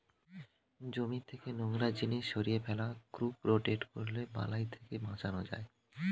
জমি থেকে নোংরা জিনিস সরিয়ে ফেলা, ক্রপ রোটেট করলে বালাই থেকে বাঁচান যায়